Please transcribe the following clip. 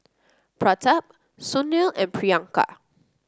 Pratap Sunil and Priyanka